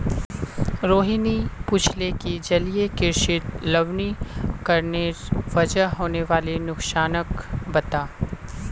रोहिणी पूछले कि जलीय कृषित लवणीकरनेर वजह होने वाला नुकसानक बता